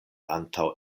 antaŭ